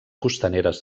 costaneres